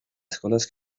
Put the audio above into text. eskolaz